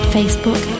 Facebook